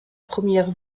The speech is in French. première